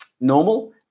normal